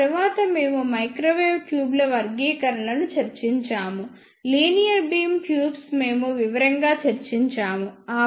ఆ తరువాత మేము మైక్రోవేవ్ ట్యూబ్ ల వర్గీకరణలను చర్చించాము లీనియర్ బీమ్ ట్యూబ్స్ మేము వివరంగా చర్చించాము